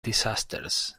disasters